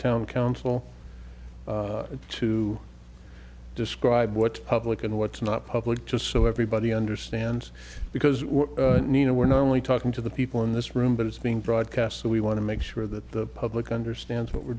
town council to describe what's public and what's not public just so everybody understands because nina we're not only talking to the people in this room but it's being broadcast so we want to make sure that the public understands what we're